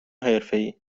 حرفهای